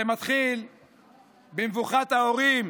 זה מתחיל במבוכת ההורים